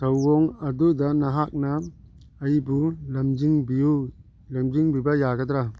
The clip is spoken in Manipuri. ꯊꯧꯑꯣꯡ ꯑꯗꯨꯗ ꯅꯍꯥꯛꯅ ꯑꯩꯕꯨ ꯂꯝꯖꯤꯡꯕꯤꯎ ꯂꯝꯖꯤꯡꯕꯤꯕ ꯌꯥꯒꯗ꯭ꯔ